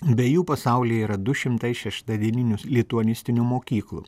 be jų pasaulyje yra du šimtai šeštadieninių lituanistinių mokyklų